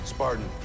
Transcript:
Spartan